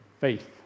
Faith